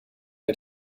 der